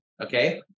okay